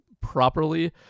properly